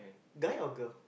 guy or girl